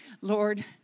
Lord